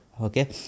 Okay